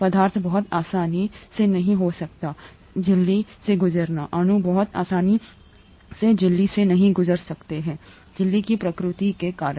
पदार्थ बहुत आसानी से नहीं हो सकते झिल्ली से गुजरनाअणु बहुत आसानी से झिल्ली से नहीं गुजर सकते हैं झिल्ली की प्रकृति के कारण